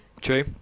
true